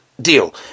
Deal